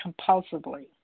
compulsively